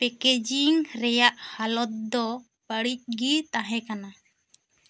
packaging ᱨᱮᱭᱟᱜ ᱦᱟᱞᱚᱛ ᱫᱚ ᱵᱟ ᱲᱤᱡ ᱜᱤ ᱛᱟᱦᱮᱸ ᱠᱟᱱᱟ